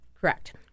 Correct